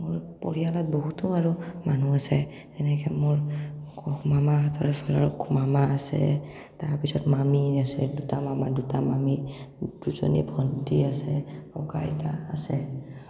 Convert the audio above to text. মোৰ পৰিয়ালত বহুতো আৰু মানুহ আছে যেনেকৈ মোৰ মামাহঁতৰ ফালৰ মামা আছে তাৰপিছত মামী আছে দুটা মামা দুটা মামী দুজনী ভণ্টী আছে ককা আইতা আছে